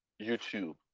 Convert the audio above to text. YouTube